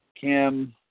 Kim